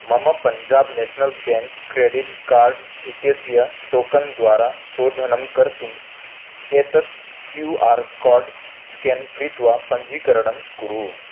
मम Punjab national bank credit card इत्यस्य token द्वारा शोधनं कर्तुम् एतत् क्यू आर् कोड् स्कान् कृत्वा पञ्जीकरणं कुरु